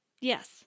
yes